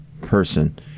person